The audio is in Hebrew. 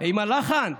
עם הלחן?